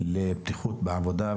לבטיחות בעבודה,